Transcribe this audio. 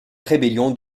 rébellion